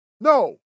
No